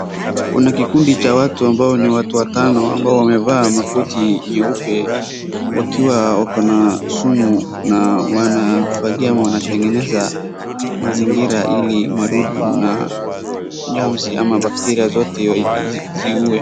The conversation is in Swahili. Kuna kikundi cha watu ambao ni watu watano amabo wamevaa makoti nyeuepe wakiwa wako na sumu na wanafagia ama wanatengeneza mazingira ili madudu na germs ama bacteri zote ziue.